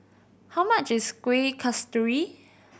how much is Kueh Kasturi